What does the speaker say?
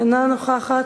אינה נוכחת,